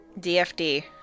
DFD